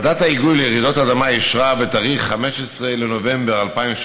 ועדת ההיגוי לרעידות אדמה אישרה ב-15 בנובמבר 2017